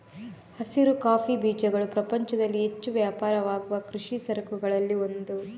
ಹಸಿರು ಕಾಫಿ ಬೀಜಗಳು ಪ್ರಪಂಚದಲ್ಲಿ ಹೆಚ್ಚು ವ್ಯಾಪಾರವಾಗುವ ಕೃಷಿ ಸರಕುಗಳಲ್ಲಿ ಒಂದು